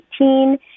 2018